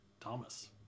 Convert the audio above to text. Thomas